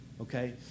okay